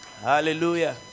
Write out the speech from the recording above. Hallelujah